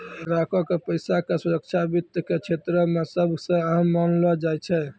ग्राहको के पैसा के सुरक्षा वित्त के क्षेत्रो मे सभ से अहम मानलो जाय छै